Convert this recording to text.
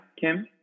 Kim